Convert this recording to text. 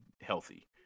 healthy